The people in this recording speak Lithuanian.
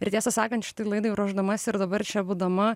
ir tiesą sakant šitai laidai ruošdamasi ir dabar čia būdama